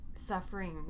Suffering